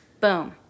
boom